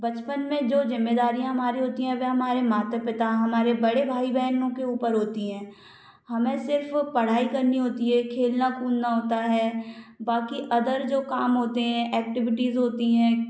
बचपन में जो हमारी जिम्मेदारियाँ हमारी होती हैं वे हमारे माता पिता हमारे बड़े भाई बहनों के ऊपर होती हैं हमें सिर्फ पढ़ाई करनी होती है खेलना कूदना होता है बाकि अदर जो काम होते हैं एक्टिविटीज़ होती हैं